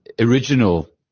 original